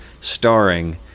starring